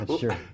Sure